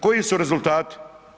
Koji su rezultati?